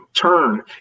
turn